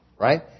right